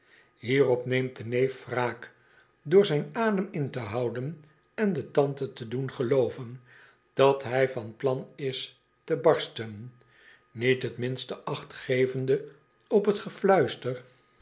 hierop neemt de neef wraak door zijn adem in te houden en de tante te doen gelooven dat hij van plan is te barsten niet t minste acht gevende op t